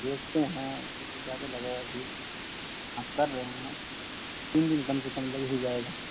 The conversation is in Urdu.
دیکھتے ہیں بہت زیادہ لگا ہوا ہے بھیڑ اب کر رہے ہیں تین دن کم سے کم لگ ہی جائے گا